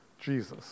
Jesus